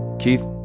keith,